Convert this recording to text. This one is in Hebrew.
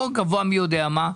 לא גבוה מי יודע מה,